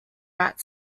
rat